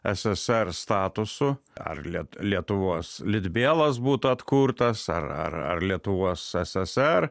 ssr statusu ar liet lietuvos litbielas būtų atkurtas ar lietuvos ssr